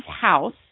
house